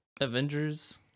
Avengers